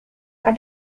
how